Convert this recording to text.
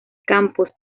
campos